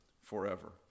forever